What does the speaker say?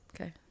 Okay